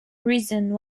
reason